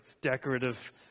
decorative